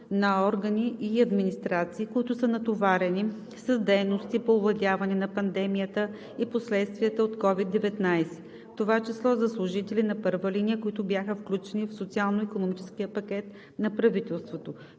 на органи и администрации, които са натоварени с дейности по овладяване на пандемията и последствията от COVID-19, в това число за служители на първа линия, които бяха включени в социално-икономическия пакет на правителството.